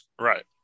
Right